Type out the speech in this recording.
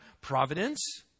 providence